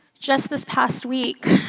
just this past week,